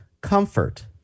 comfort